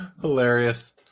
hilarious